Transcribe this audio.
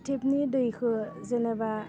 टेपनि दैखो जेनेबा